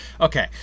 okay